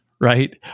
right